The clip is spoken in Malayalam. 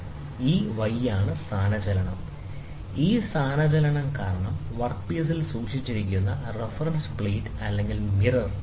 Y ആണ് ഈ സ്ഥാനചലനം ഈ സ്ഥാനചലനം കാരണം വർക്ക് പീസിൽ സൂക്ഷിച്ചിരിക്കുന്ന റഫറൻസ് പ്ലേറ്റ് അല്ലെങ്കിൽ മിറർ ഇതാണ് വർക്ക് പീസ്